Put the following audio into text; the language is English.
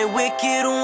wicked